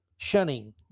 shunning